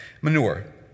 Manure